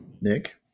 Nick